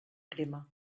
crema